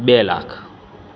બે લાખ